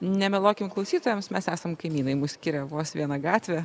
nemeluokim klausytojams mes esam kaimynai mus skiria vos viena gatvė